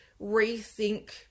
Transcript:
rethink